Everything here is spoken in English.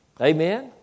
Amen